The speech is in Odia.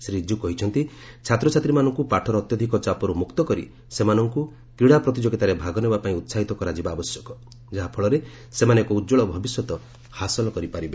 ଶୀ ରିଜିଜ୍ଜୁ କହିଛନ୍ତି ଛାତ୍ରଛାତ୍ରୀମାନଙ୍କୁ ପାଠର ଅତ୍ୟଧିକ ଚାପରୁ ମୁକ୍ତ କରି ସେମାନଙ୍କୁ କ୍ରୀଡ଼ା ପ୍ରତିଯୋଗିତାରେ ଭାଗ ନେବା ପାଇଁ ଉହାହିତ କରାଯିବା ଆବଶ୍ୟକ ଯାହାଫଳରେ ସେମାନେ ଏକ ଉଜ୍ଜଳ ଭବିଷ୍ୟତ ହାସଲ କରିପାରିବେ